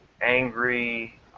angry